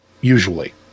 Usually